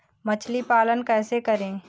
मछली पालन कैसे करें?